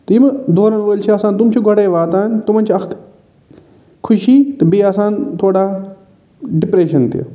تہٕ یِمہٕ دورَن وٲلۍ چھِ آسان تم چھِ گۄڈٕے واتان تمَن چھِ اَکھ خوشی تہٕ بیٚیہِ آسان تھوڑا ڈِپرَیشَن تہِ